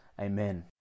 Amen